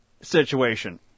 situation